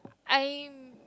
I'm